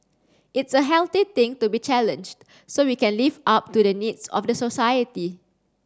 it's a healthy thing to be challenged so we can live up to the needs of the society